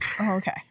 Okay